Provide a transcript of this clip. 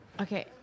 okay